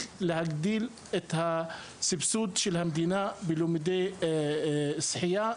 להגדיל את הסבסוד של המדינה ללימודי שחייה.